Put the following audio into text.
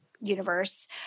universe